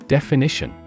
Definition